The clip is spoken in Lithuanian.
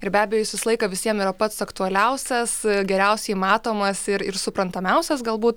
ir be abejo jis visą laiką visiem yra pats aktualiausias geriausiai matomas ir ir suprantamiausias galbūt